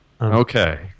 Okay